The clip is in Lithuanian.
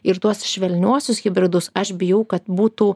ir tuos švelniuosius hibridus aš bijau kad būtų